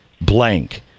blank